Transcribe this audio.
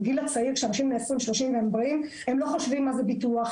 בגיל הצעיר כשאנשים צעירים ובריאים הם לא חושבים על ביטוח,